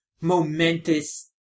momentous